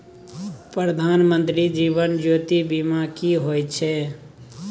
प्रधानमंत्री जीवन ज्योती बीमा की होय छै?